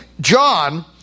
John